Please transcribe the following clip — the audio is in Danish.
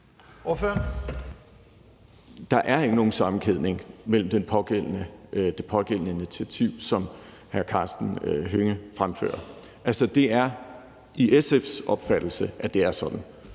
Der er ikke nogen sammenkædning med det pågældende initiativ, som hr. Karsten Hønge fremfører. Altså, det er i SF's opfattelse, at det er sådan,